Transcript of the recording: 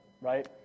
right